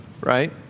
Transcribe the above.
right